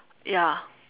ya